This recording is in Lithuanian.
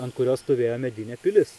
ant kurio stovėjo medinė pilis